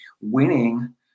Winning